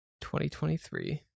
2023